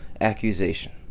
accusation